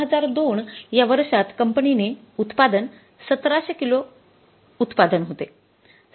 २००२ या महिन्यात या वर्षात कंपनीचे उत्पादन १७०० किलो उत्पादन होते